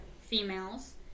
females